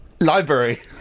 Library